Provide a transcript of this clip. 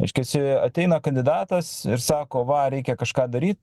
reiškiasi ateina kandidatas ir sako va reikia kažką daryt